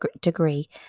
degree